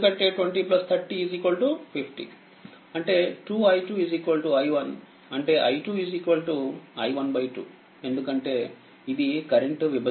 అంటే i2i12ఎందుకంటే ఇది కరెంటు విభజన